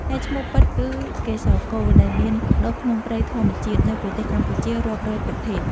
តែឈ្មោះពិត គឺកេសរកូល ដែលមានដុះក្នុងព្រៃធម្មជាតិ នៅប្រទេសកម្ពុជារាប់រយប្រភេទ។